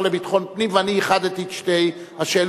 לביטחון פנים ואני איחדתי את שתי השאלות.